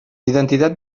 identitat